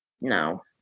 No